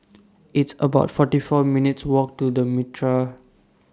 It's about forty four minutes' Walk to The Mitraa